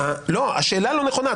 השאלה לא נכונה.